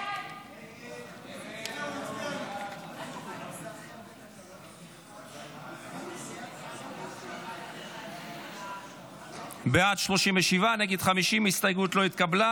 בעד, 37, נגד, 50. ההסתייגות לא התקבלה.